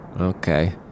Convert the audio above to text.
Okay